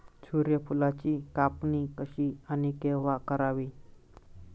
सूर्यफुलाची कापणी कशी आणि केव्हा करावी?